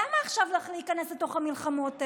למה לך עכשיו להיכנס לתוך המלחמות האלה?